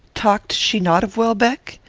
talked she not of welbeck?